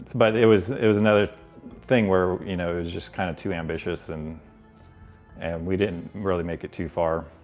but it was it was another thing where, you know, it was just kind of too ambitious, and and we didn't really make it too far.